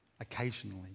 occasionally